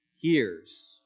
hears